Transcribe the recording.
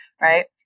right